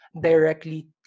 directly